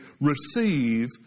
receive